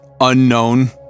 unknown